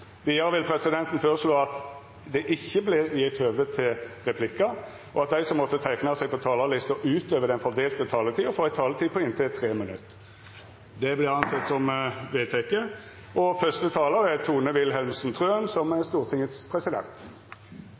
Vidare vil presidenten føreslå at det ikkje vert gjeve høve til replikkar, og at dei som måtte teikna seg på talarlista utover den fordelte taletida, får ei taletid på inntil 3 minutt. – Det er vedteke. I morgen skal Stortinget ta stilling til økt kostnadsramme for Stortingets